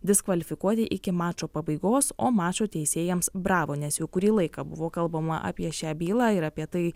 diskvalifikuoti iki mačo pabaigos o mačo teisėjams bravo nes jau kurį laiką buvo kalbama apie šią bylą ir apie tai